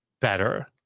better